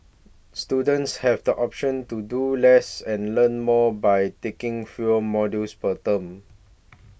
students have the option to do less and learn more by taking fewer modules per term